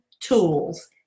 Tools